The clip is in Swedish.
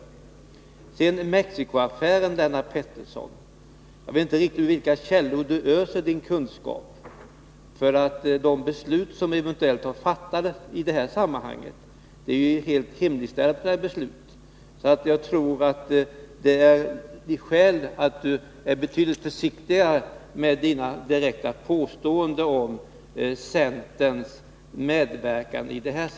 När det gäller Mexicoaffären vet jag inte riktigt ur vilka källor Lennart Pettersson öser sin kunskap. De beslut som eventuellt har fattats i detta sammanhang är helt hemligstämplade beslut, så jag tror att det finns skäl för att Lennart Pettersson är betydligt försiktigare med sina direkta påståenden om centern§ medverkan här.